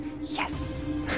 Yes